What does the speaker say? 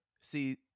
See